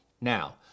Now